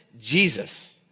Jesus